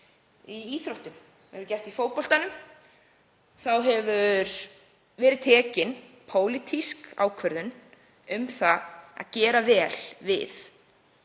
íþróttum, hefur verið gert í fótboltanum. Þá hefur verið tekin pólitísk ákvörðun um að gera vel við